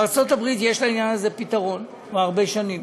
בארצות הברית יש לעניין הזה פתרון כבר הרבה שנים,